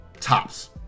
tops